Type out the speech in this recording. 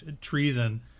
treason